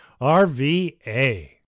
RVA